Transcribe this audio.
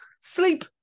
sleep